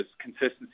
consistency